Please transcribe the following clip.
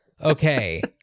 Okay